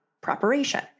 preparation